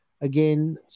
again